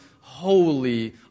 holy